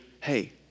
hey